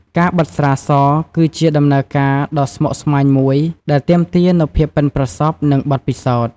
ការបិតស្រាស គឺជាដំណើរការដ៏ស្មុគស្មាញមួយ ដែលទាមទារនូវភាពប៉ិនប្រសប់ និងបទពិសោធន៍។